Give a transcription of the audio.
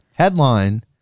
Headline